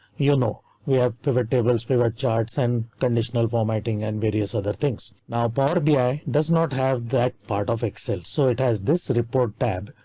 you know we have pivot tables, pivot charts and conditional formatting and various other things. now power bi does not have that part of excel, so it has this report tab.